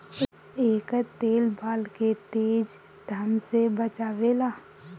एकर तेल बाल के तेज घाम से बचावेला